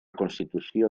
constitució